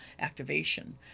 activation